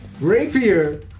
rapier